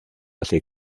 allu